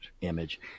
image